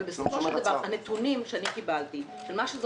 אבל בסופו של דבר הנתונים שקיבלתי על מה שזה